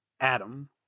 Adam